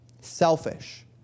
selfish